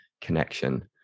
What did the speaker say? connection